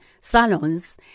salons